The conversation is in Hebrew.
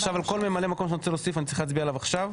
עכשיו על כל ממלא מקום שאני רוצה להוסיף אני צריך להצביע עליו עכשיו?